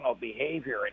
behavior